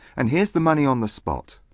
and here's the money on the spot.